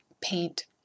paint